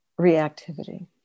reactivity